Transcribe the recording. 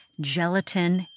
gelatin